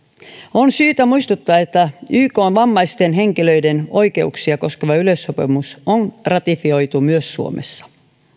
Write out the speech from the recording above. on syytä muistuttaa että ykn vammaisten henkilöiden oikeuksia koskeva yleissopimus on ratifioitu myös suomessa